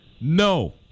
No